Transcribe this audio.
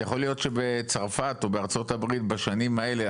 יכול להיות שבצרפת או בארצות הברית בשנים האלה,